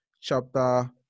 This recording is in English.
chapter